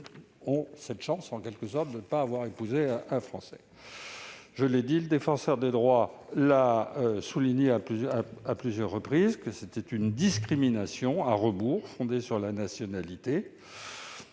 ont eu cette chance, en quelque sorte, de ne pas en avoir épousé un. Comme je l'ai dit, le Défenseur des droits a souligné à plusieurs reprises qu'il s'agissait d'une « discrimination à rebours fondée sur la nationalité